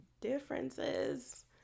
differences